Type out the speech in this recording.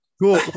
cool